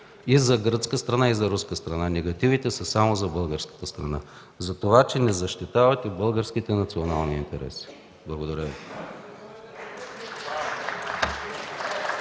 е за гръцката и за руската страна, негативите са само за българската страна, затова че не защитавате българските национални интереси. Благодаря Ви.